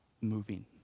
moving